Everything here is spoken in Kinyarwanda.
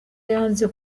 yanze